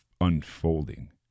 unfolding